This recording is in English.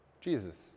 Jesus